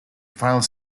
file